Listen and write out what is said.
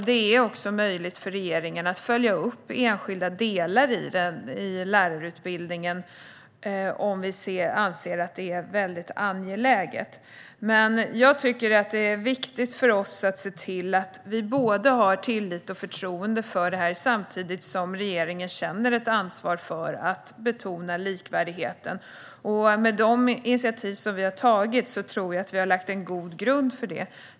Det är också möjligt för regeringen att följa upp enskilda delar i lärarutbildningen om vi anser att det är väldigt angeläget. Jag tycker att det är viktigt att se till att vi har både tillit till och förtroende för detta, samtidigt som regeringen känner ett ansvar för att betona likvärdigheten. Med de initiativ vi har tagit tror jag att vi har lagt en god grund för det.